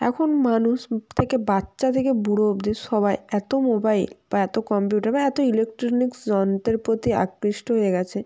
এখন মানুষ থেকে বাচ্চা থেকে বুড়ো অবধি সবাই এত মোবাইল বা এত কম্পিউটার বা এত ইলেকট্রনিক্স যন্ত্রের প্রতি আকৃষ্ট হয়ে গিয়েছে